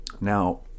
Now